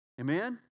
Amen